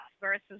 versus